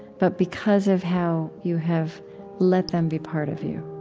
but because of how you have let them be part of you